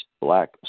black